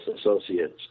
associates